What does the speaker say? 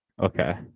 Okay